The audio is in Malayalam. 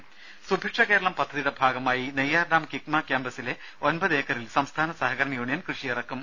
ദേദ സുഭിക്ഷ കേരളം പദ്ധതിയുടെ ഭാഗമായി നെയ്യാർഡാം കിക്മ ക്യാമ്പസിലെ ഒൻപത് ഏക്കറിൽ സംസ്ഥാന സഹകരണ യൂണിയൻ കൃഷിയിറക്കും